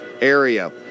area